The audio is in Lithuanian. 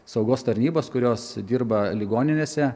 saugos tarnybos kurios dirba ligoninėse